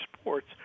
sports